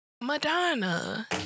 Madonna